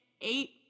eight